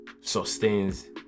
sustains